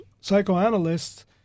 psychoanalysts